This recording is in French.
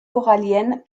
coralliennes